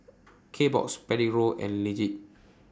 Kbox Prego and Lindt